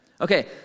Okay